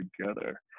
together